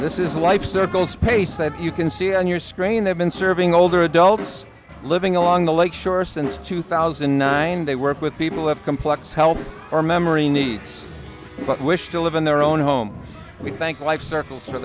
this is a life circle space that you can see on your screen they've been serving older adults living along the lake shore since two thousand and nine they work with people have complex health or memory needs but wish to live in their own home we thank life circle for